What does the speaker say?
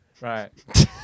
Right